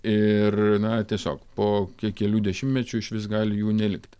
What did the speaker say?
ir na tiesiog po kelių dešimtmečių išvis gali jų nelikti